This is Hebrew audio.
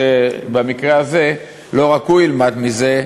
ובמקרה הזה לא רק הוא ילמד מזה,